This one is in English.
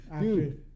Dude